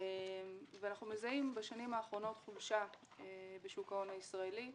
ואנחנו מזהים בשנים האחרונות חולשה בשוק ההון הישראלי.